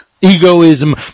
Egoism